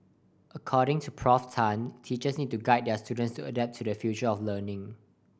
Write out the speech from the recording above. according to Prof Tan teachers need to guide their students to adapt to the future of learning